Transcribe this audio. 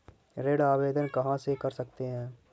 ऋण आवेदन कहां से कर सकते हैं?